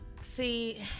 see